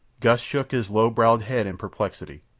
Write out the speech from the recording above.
gust shook his low-browed head in perplexity.